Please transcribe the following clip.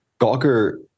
Gawker